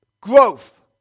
growth